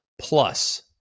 Plus